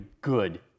good